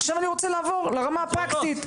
עכשיו אני רוצה לעבור לרמה הפרקטית.